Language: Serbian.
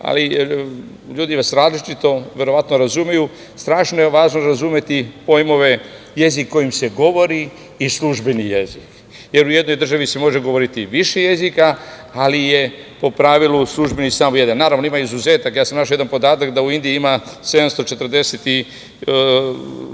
ali ljudi vas različito, verovatno razumeju, strašno je važno razumeti pojmove „jezik kojim se govori“ i „službeni jezik“, jer u jednoj državi se može govoriti i više jezika, ali je po pravilu službeni samo jedan. Naravno, ima i izuzetaka. Ja sam našao jedan podatak da u Indiji ima 179